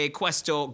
questo